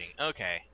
okay